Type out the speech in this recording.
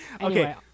okay